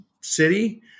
city